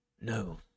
No